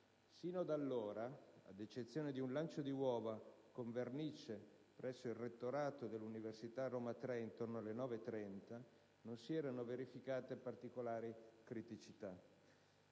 Sino ad allora, ad eccezione di un lancio di uova con vernice presso il rettorato dell'Università degli studi «Roma Tre» intorno alle ore 9,30, non si erano verificate particolari criticità.